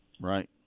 Right